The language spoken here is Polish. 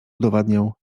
udowadniał